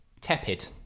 tepid